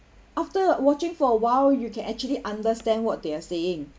after uh watching for a while you can actually understand what they are saying